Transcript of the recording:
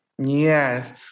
Yes